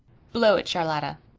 blow it, charlotta,